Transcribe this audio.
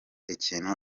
ikintu